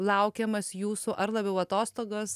laukiamas jūsų ar labiau atostogos